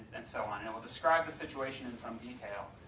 and so on. it will describe the situation in some detail.